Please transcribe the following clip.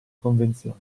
convenzioni